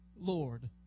Lord